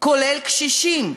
כולל קשישים.